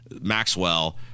Maxwell